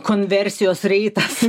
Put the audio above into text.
konversijos reitas